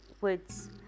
woods